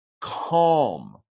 Calm